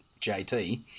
JT